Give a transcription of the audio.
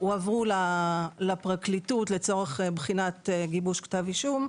הועברו לפרקליטות לצורך בחינת גיבוש כתבי אישום.